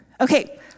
Okay